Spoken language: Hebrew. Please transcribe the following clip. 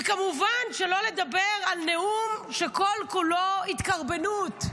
וכמובן שלא לדבר על נאום שכל כולו התקרבנות: